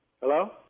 Hello